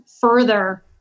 further